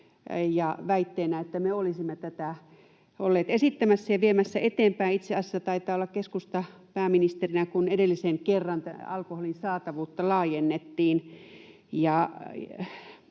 väitteenä, että me olisimme tätä olleet esittämässä ja viemässä eteenpäin. Itse asiassa taisi olla keskusta pääministerinä, kun edellisen kerran alkoholin saatavuutta laajennettiin,